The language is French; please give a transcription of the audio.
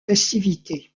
festivités